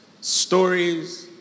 stories